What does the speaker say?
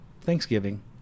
Thanksgiving